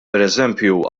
pereżempju